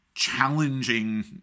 challenging